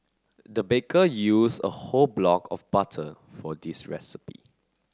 the baker used a whole block of butter for this recipe